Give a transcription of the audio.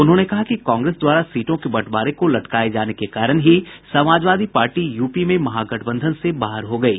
उन्होंने कहा कि कांग्रेस द्वारा सीटों के बंटवारे को लटकाये जाने के कारण ही समाजवादी पार्टी यूपी में महागठबंधन से बाहर हो गयी